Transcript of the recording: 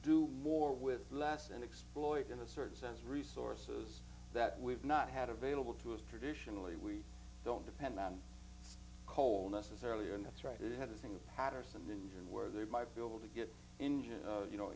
do more with less and exploited in a certain sense resources that we've not had available to us traditionally we don't depend on coal necessarily and that's right it had a thing patterson engine where they might be able to get engine you know